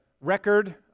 record